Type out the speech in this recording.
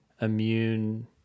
immune